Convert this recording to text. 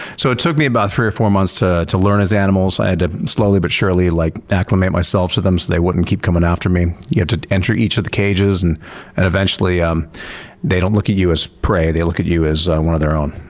so it took me about three or four months to to learn his animals. i had to slowly-but-surely like acclimate myself to them so they wouldn't keep coming after me. i had to enter each of the cages, and and eventually um they don't look at you as prey, they look at you as one of their own.